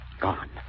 Gone